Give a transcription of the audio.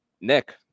Nick